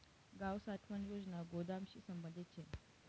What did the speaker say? गाव साठवण योजना गोदामशी संबंधित शे